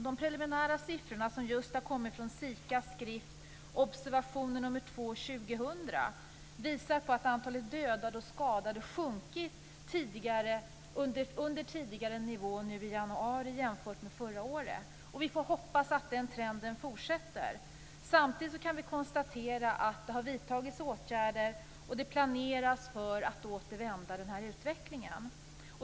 De preliminära siffrorna som just kommit från SIKA:s skrift Observationer nr 2/2000 visar på att antalet dödade och skadade sjunkit under tidigare nivå i januari jämfört med förra året. Vi får hoppas att den trenden fortsätter. Samtidigt kan vi konstatera att åtgärder vidtas och planeras för att åter vända utvecklingen.